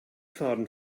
faden